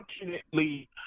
Unfortunately